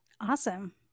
Awesome